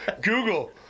Google